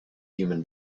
human